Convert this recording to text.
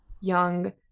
young